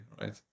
right